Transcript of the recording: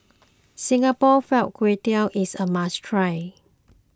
Singapore Fried Kway Tiao is a must try